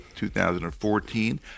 2014